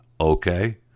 okay